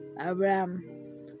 Abraham